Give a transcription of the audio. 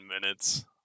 minutes